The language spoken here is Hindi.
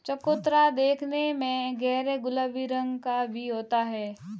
चकोतरा देखने में गहरे गुलाबी रंग का भी होता है